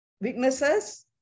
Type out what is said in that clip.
weaknesses